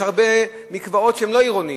יש הרבה מקוואות שהם לא עירוניים,